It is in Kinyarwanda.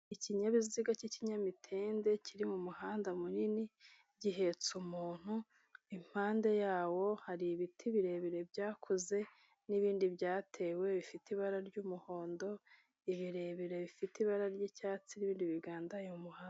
Ikinyabiziga cy'ikinyamitende kiri mu muhanda munini, gihetse umuntu, impande yawo hari ibiti birebire byakuze n'ibindi byatewe bifite ibara ry'umuhondo, ibirebire bifite ibara ry'icyatsi n'ibindi bigandaye mu muhanda.